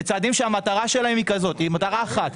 צעדים שהמטרה שלהם היא כזאת: מטרה אחת,